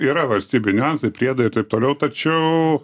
yra valstybėj niuansai priedai ir taip toliau tačiau